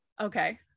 okay